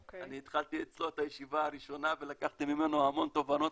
אני התחלתי אצלו את הישיבה הראשונה ולקחתי ממנו המון תובנות,